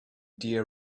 deer